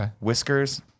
whiskers